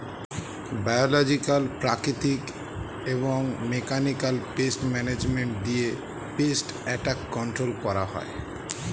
biological, প্রাকৃতিক এবং mechanical pest management দিয়ে পেস্ট অ্যাটাক কন্ট্রোল করা হয়